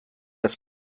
das